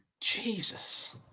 Jesus